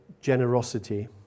generosity